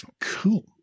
Cool